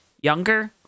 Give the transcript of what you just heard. younger